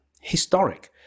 Historic